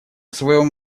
своём